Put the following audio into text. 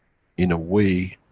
in a way.